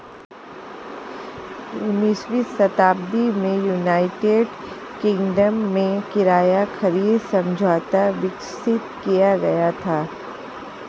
उन्नीसवीं शताब्दी में यूनाइटेड किंगडम में किराया खरीद समझौता विकसित किया गया था